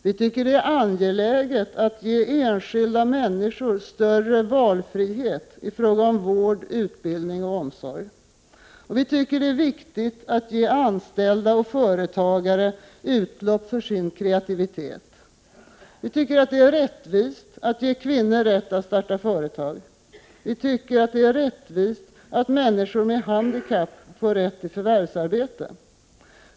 Vi tycker det är angeläget att ge enskilda människor större valfrihet i fråga om vård, utbildning och omsorg. Vi tycker det är viktigt att ge anställda och företagare utlopp för sin kreativitet. Vi tycker det är rättvist att ge kvinnor rätt att starta företag. Vi tycker det är rättvist att människor med handikapp får rätt till förvärvsarbete. Fru talman!